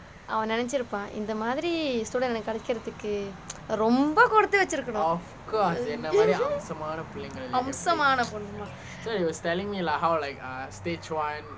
அவன் நினைச்சிருப்பான் இந்த மாதிரி:avan ninaichiruppaan intha maathiri student eh கிடைக்கிறதுக்கு ரொம்ப கொடுத்து வைச்சிருக்கணும் அம்சமான:kidaikirathukku romba koduthu vaichirukkanum amsamana !wah!